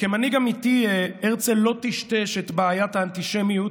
כמנהיג אמיתי הרצל לא טשטש את בעיית האנטישמיות